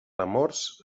amors